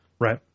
Right